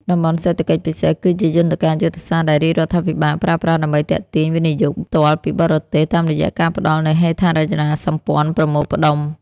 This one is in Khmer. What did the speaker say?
តំបន់សេដ្ឋកិច្ចពិសេស គឺជាយន្តការយុទ្ធសាស្ត្រដែលរាជរដ្ឋាភិបាលប្រើប្រាស់ដើម្បីទាក់ទាញ វិនិយោគផ្ទាល់ពីបរទេស តាមរយៈការផ្ដល់នូវហេដ្ឋារចនាសម្ព័ន្ធប្រមូលផ្ដុំ។